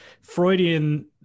Freudian